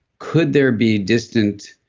could there be distant,